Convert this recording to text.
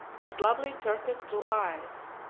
with lovely turquoise-blue eyes.